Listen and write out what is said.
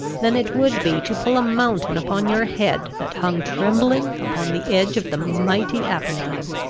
than it would be to pull a mountain upon your head that hung trembling upon the edge of the mighty apennine!